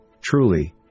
truly